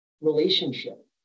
relationship